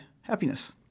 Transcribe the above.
happiness